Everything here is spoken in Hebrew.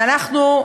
ואנחנו,